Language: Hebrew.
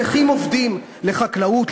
צריכים עובדים לחקלאות,